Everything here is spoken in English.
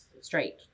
straight